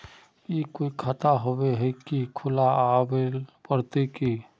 ई कोई खाता होबे है की खुला आबेल पड़ते की?